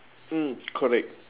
mm correct